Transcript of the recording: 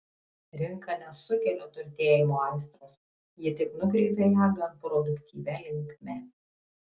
rinka nesukelia turtėjimo aistros ji tik nukreipia ją gan produktyvia linkme